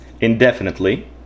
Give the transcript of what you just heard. indefinitely